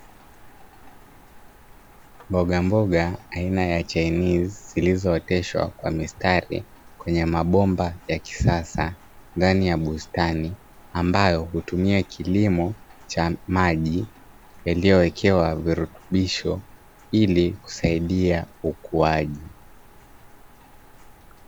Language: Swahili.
Mbogamboga aina ya chainizi zilizooteshwa kwa mistari, kwenye mabomba ya kisasa, ndani ya bustani ambayo hutumia kilimo cha maji yaliyowekewa virutubisho ili kusaidia ukuaji.